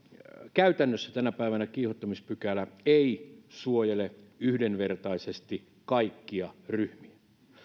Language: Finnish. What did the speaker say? käytännössä tänä päivänä kiihottamispykälä ei suojele yhdenvertaisesti kaikkia ryhmiä